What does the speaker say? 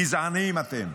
גזענים אתם.